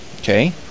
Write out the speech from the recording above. Okay